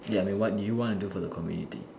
ya I mean what you want do for the community